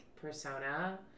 persona